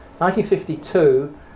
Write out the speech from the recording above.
1952